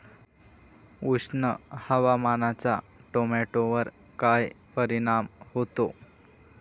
उष्ण हवामानाचा टोमॅटोवर काय परिणाम होतो?